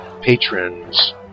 patrons